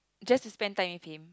just spend time with him